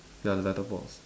ya the letterbox